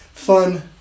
Fun